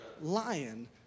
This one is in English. lion